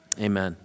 Amen